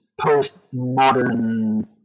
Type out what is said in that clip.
post-modern